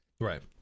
Right